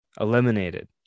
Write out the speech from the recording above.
eliminated